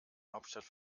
hauptstadt